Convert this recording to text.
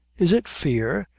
is it fear?